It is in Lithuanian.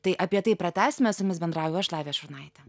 tai apie tai pratęsime su jumis bendrauju aš lavija šurnaitė